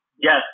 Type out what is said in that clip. Yes